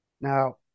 Now